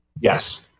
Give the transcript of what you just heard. yes